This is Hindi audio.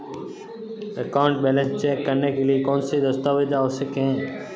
अकाउंट बैलेंस चेक करने के लिए कौनसे दस्तावेज़ आवश्यक हैं?